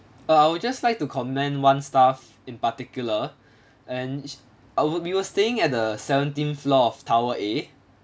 uh I would just like to comment one staff in particular and I would we were staying at the seventeenth floor of tower A